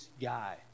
guy